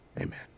Amen